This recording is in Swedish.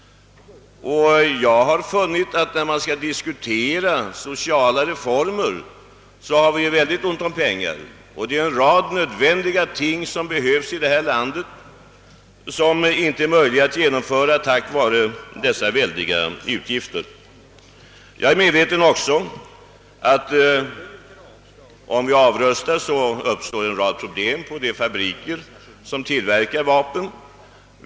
Jag har funnit att det visar sig vara mycket ont om pengar när vi diskuterar sociala reformer. Det är en rad nödvändiga ting som behövs men som inte kan genomföras på grund av dessa väldiga militärutgifter. Jag är väl medveten om att det uppstår många problem i de fabriker som tillverkar vapen om vi avrustar.